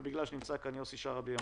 אבל בגלל שנמצא כאן יוסי שרעבי,